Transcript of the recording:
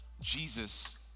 Jesus